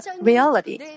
reality